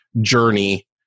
journey